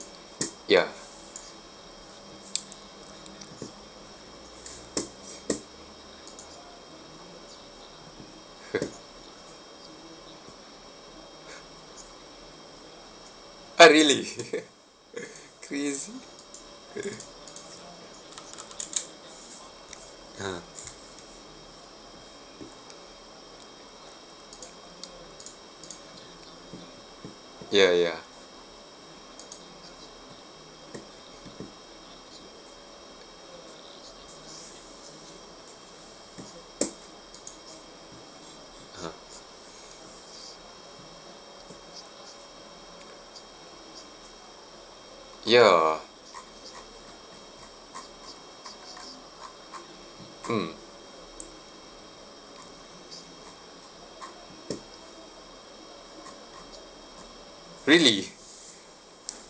ya ah really crazy a'ah ya ya (uh huh) ya mm really